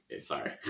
Sorry